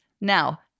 Now